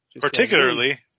particularly